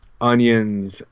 onions